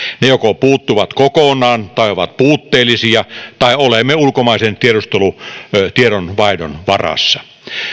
ne joko puuttuvat kokonaan tai ovat puutteellisia tai olemme ulkomaisen tiedustelutiedonvaihdon varassa